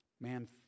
Man